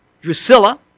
Drusilla